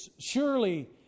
Surely